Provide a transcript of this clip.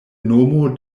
nomo